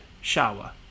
shower